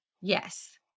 Yes